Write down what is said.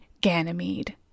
Ganymede